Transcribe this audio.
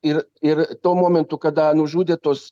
ir ir tuo momentu kada nužudė tuos